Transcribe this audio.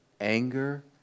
anger